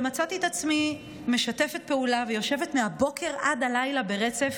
ומצאתי את עצמי משתפת פעולה ויושבת מהבוקר עד הלילה ברצף